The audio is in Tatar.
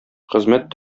хезмәт